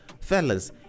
Fellas